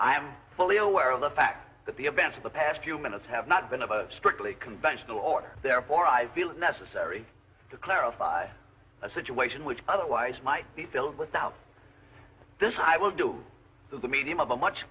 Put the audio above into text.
i'm fully aware of the fact that the events of the past few minutes have not been of a strictly conventional order therefore i feel it necessary to clarify a situation which otherwise might be filled with out this i will do the medium of a much